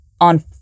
on